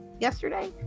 yesterday